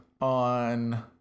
on